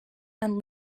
and